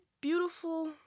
beautiful